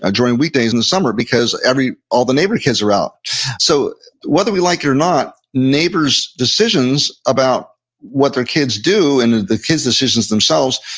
ah during weekdays in the summer, because all the neighbor kids are out so whether we like it or not, neighbors decisions about what their kids do, and the kids' decisions themselves,